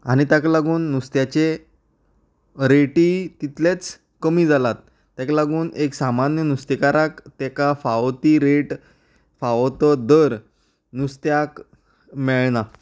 आनी ताका लागून नुस्त्याचे रेटी तितलेच कमी जालात तेका लागून एक सामान्य नुस्तेकाराक तेका फावो ती रेट फावो तो दर नुस्त्याक मेळना